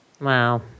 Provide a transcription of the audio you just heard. Wow